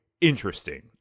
interesting